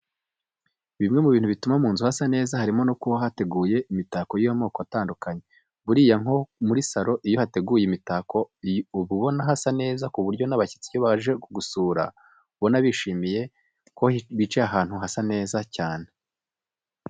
Bimwe mu bintu bituma mu nzu hasa neza harimo no kuhategura imitako y'amoko atandukanye. Buriya nko muri saro iyo hateguyemo imitako uba ubona hasa neza ku buryo n'abashyitsi iyo baje kugusura ubona bishimiye ko bicaye ahantu hasa neza cyane.